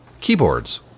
keyboards